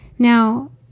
Now